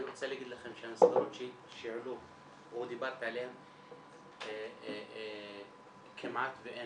אני רוצה להגיד לכם --- שהעלו או דיברת עליהם כמעט ואין,